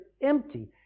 empty